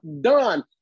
done